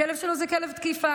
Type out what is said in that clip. הכלב שלו זה כלב תקיפה.